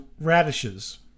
radishes